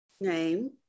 name